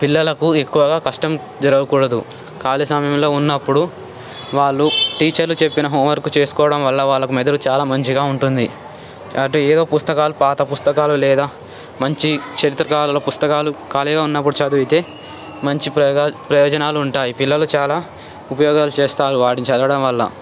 పిల్లలకు ఎక్కువగా కష్టం జరగకూడదు ఖాళీ సమయంలో ఉన్నప్పుడు వాళ్ళు టీచర్లు చెప్పిన హోంవర్క్ చేసుకోవడం వల్ల వాళ్ళకు మెదడు చాలా మంచిగా ఉంటుంది అంటే ఏదో పుస్తకాలు పాత పుస్తకాలు లేదా మంచి చరిత్రకారుల పుస్తకాలు ఖాళీగా ఉన్నప్పుడు చదివితే మంచి ప్రయోగాలు ప్రయోజనాలు ఉంటాయి పిల్లలు చాలా ఉపయోగాలు చేస్తారు వాటిని చదవడం వల్ల